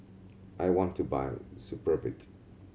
I want to buy Supravit